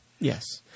Yes